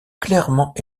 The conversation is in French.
clairement